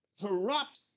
corrupt